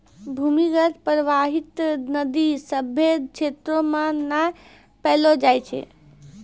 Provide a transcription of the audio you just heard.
भूमीगत परबाहित नदी सभ्भे क्षेत्रो म नै पैलो जाय छै